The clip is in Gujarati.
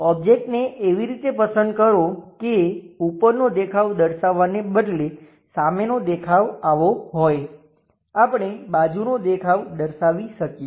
ઓબ્જેક્ટને એવી રીતે પસંદ કરો કે ઉપરનો દેખાવ દર્શાવવાને બદલે સામેનો દેખાવ આવો હોય આપણે બાજુનો દેખાવ દર્શાવી શકેએ